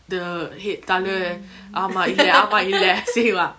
the head தல ஆமா இல்ல ஆமா இல்ல செய்வா:thala aama illa aama illa seiva